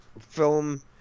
film